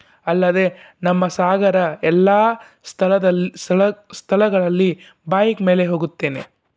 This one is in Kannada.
ಅಲ್ಲದೇ ನಮ್ಮ ಸಾಗರ ಎಲ್ಲ ಸ್ಥಳದಲ್ಲಿ ಸ್ಥಳ ಸ್ಥಳಗಳಲ್ಲಿ ಬಾಯ್ಕ್ ಮೇಲೆ ಹೋಗುತ್ತೇನೆ